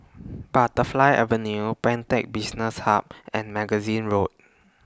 Butterfly Avenue Pantech Business Hub and Magazine Road